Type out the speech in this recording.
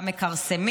גם של מכרסמים,